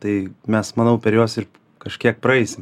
tai mes manau per juos ir kažkiek praeisim